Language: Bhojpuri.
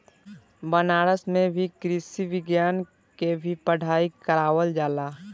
बनारस में भी कृषि विज्ञान के भी पढ़ाई करावल जाला